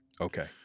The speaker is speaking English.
okay